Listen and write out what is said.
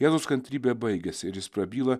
jėzaus kantrybė baigiasi ir jis prabyla